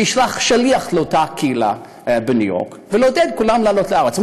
שישלח שליח לאותה קהילה בניו יורק לעודד את כולם לעלות לארץ.